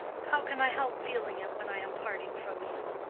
how can i help feeling it when i am parting from you.